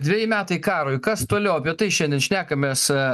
dveji metai karui kas toliau apie tai šiandien šnekamės